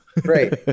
Great